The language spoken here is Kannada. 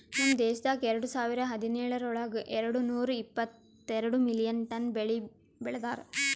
ನಮ್ ದೇಶದಾಗ್ ಎರಡು ಸಾವಿರ ಹದಿನೇಳರೊಳಗ್ ಎರಡು ನೂರಾ ಎಪ್ಪತ್ತೆರಡು ಮಿಲಿಯನ್ ಟನ್ ಬೆಳಿ ಬೆ ಳದಾರ್